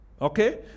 Okay